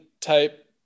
type